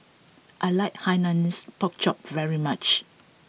I like hainanese pork chop very much